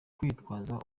kwitwaza